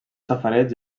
safareigs